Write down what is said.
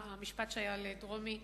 המשפט שהיה לדרומי,